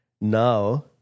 Now